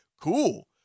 cool